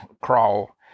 crawl